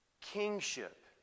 kingship